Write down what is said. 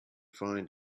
find